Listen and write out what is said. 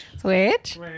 Switch